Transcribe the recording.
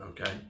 okay